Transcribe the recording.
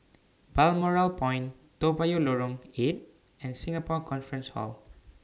Balmoral Point Toa Payoh Lorong eight and Singapore Conference Hall